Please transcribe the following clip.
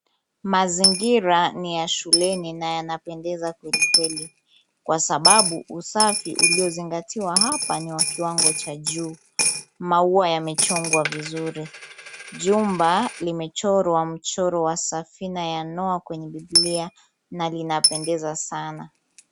Mazingira ni ya shuleni na yanapendeza kwelikweli kwa sababu usafi uliozingatiwa hapa ni wa kiwango cha juu. Maua yamechogwa vizuri, jumba limechorwa mchoro wa safina ya Noah kwenye Bibilia na linapendeza sana.